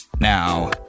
Now